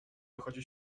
dochodzi